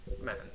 Man